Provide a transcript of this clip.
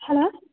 hello